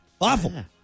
Awful